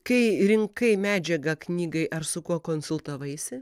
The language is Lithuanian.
kai rinkai medžiagą knygai ar su kuo konsultavaisi